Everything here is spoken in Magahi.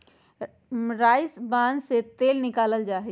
राइस ब्रान से तेल निकाल्ल जाहई